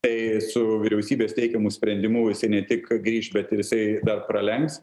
tai su vyriausybės teikiamu sprendimu jisai ne tik grįš bet ir jisai dar pralenks